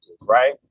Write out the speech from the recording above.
right